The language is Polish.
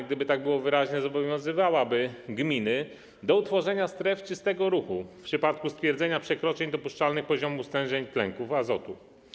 Gdyby tak było, wyraźnie zobowiązywałaby gminy do utworzenia stref czystego ruchu w przypadku stwierdzenia przekroczeń dopuszczalnych poziomów stężenia tlenków azotu.